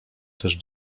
też